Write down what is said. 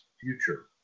future